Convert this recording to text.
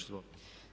Izvolite.